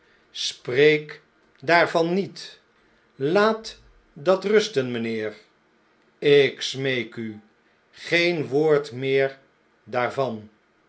spreek daarvan niet laat dat rusten mijnheer ik smeek u geen woord meer daarvan